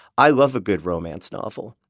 i love a good romance novel.